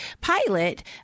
pilot